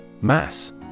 Mass